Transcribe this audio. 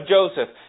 Joseph